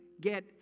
get